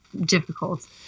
difficult